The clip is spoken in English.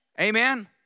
Amen